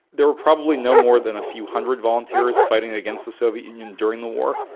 there were probably no more than a few hundred volunteers fighting against the soviet union during the war,